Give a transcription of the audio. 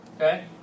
okay